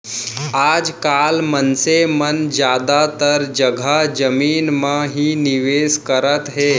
आज काल मनसे मन जादातर जघा जमीन म ही निवेस करत हे